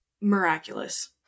miraculous